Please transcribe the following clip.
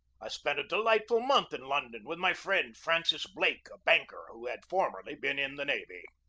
i spent a delightful month in london with my friend francis blake, a banker, who had formerly been in the navy.